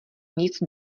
nic